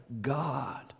God